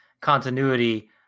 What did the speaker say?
continuity